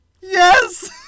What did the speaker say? Yes